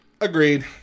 Agreed